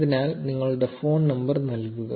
അതിനാൽ നിങ്ങളുടെ phone number നൽകുക